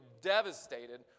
devastated